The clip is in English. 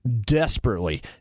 desperately